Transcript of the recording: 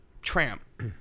tramp